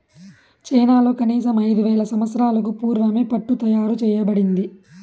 చైనాలో కనీసం ఐదు వేల సంవత్సరాలకు పూర్వమే పట్టు తయారు చేయబడింది